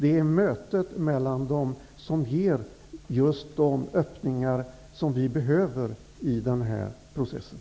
Det är mötet mellan dem som ger de öppningar som behövs i den här processen.